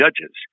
judges